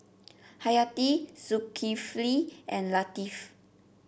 Hayati Zulkifli and Latif